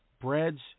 breads